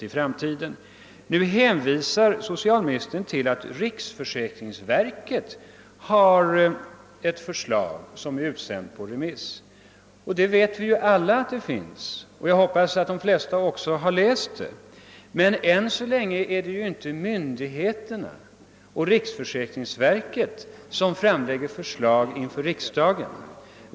Socialministern hänvisade till att riksförsäkringsverket har lagt fram ett förslag, som nu är utsänt på remiss. Ja, vi vet väl alla att ett sådant förslag har presenterats, och jag hop pas också att de flesta har läst det. Men åtminstone än så länge är det inte myndigheterna eller riksförsäkringsverket som framlägger förslag till riksdagen.